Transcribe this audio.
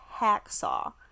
hacksaw